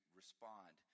respond